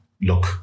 look